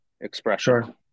expression